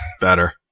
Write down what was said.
better